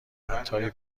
عطاری